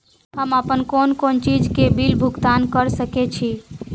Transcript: हम आपन कोन कोन चीज के बिल भुगतान कर सके छी?